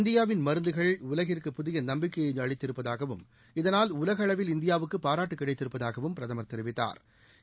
இந்தியாவின் மருந்துகள் உலகிற்கு புதிய நம்பிக்கையை அளித்திருப்பதாகவும் இதனால் உலக அளவில் இந்தியாவுக்கு பாராட்டு கிடைத்திருப்பதாகவும் பிரதமா் தெரிவித்தாா்